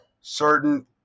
certain